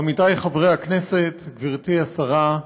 עמיתי חברי הכנסת, גברתי השרה,